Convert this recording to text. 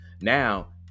Now